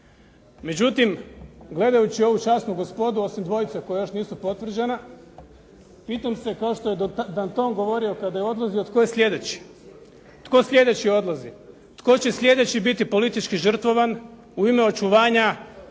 Međutim gledajući ovu časnu gospodu, osim dvojice koja još nisu potvrđena, pitam se kao što je Donton govorio kada je odlazio, tko je sljedeći. Tko sljedeći odlazi? Tko će sljedeći biti politički žrtvovan u ime očuvanja